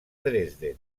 dresden